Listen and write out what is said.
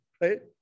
right